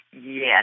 yes